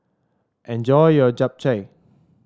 enjoy your Japchae